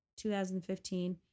2015